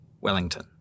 Wellington